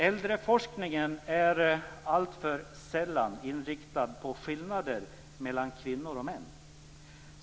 Äldreforskningen är alltför sällan inriktad på skillnader mellan kvinnor och män.